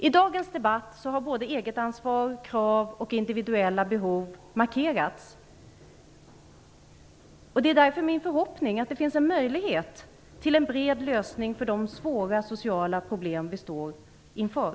I dagens debatt har både eget ansvar, krav och individuella behov markerats. Det är därför min förhoppning att det finns möjlighet till en bred lösning på de svåra sociala problem som vi står inför.